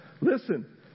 Listen